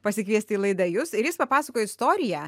pasikviesti į laidą jus ir jis papasakojo istoriją